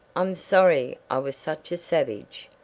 i'm sorry i was such a savage.